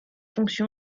fonction